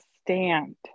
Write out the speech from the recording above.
stand